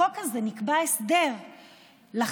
בחוק הזה נקבע הסדר לחברות: